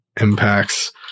impacts